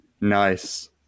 Nice